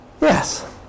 Yes